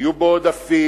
היו בו עודפים,